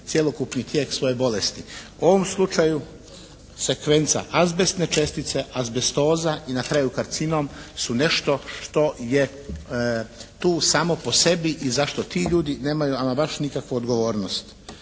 cjelokupni tijek svoje bolesti. U ovom slučaju sekvenca azbestne čestice, azbestoza i na kraju karcinom su nešto što je tu samo po sebi izašlo. Ti ljudi nemaju ama baš nikakvu odgovornost.